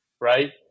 right